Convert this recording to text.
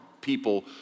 people